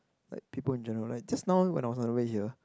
like people in general like just now when I was on the way here